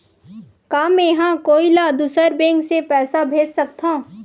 का मेंहा कोई ला दूसर बैंक से पैसा भेज सकथव?